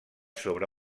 sobre